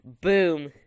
Boom